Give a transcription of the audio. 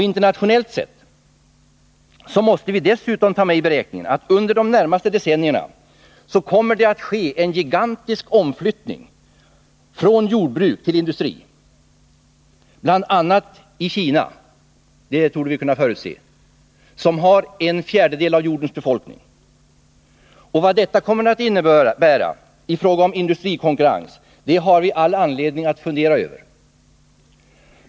Internätionellt måste vi dessutom ta med i beräkningen att det under de närmaste decennierna kommer att ske en gigantisk omflyttning från jordbruk till industri, bl.a. i Kina — det kan vi förutse — som har en fjärdedel av jordens befolkning. Vad detta kommer att innebära i fråga om industrikonkurrens har vi all anledning att fundera över.